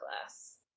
class